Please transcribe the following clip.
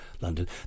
London